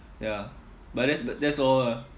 ya but that that's all ah